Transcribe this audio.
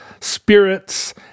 spirits